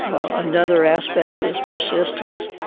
ah another aspect is persistence.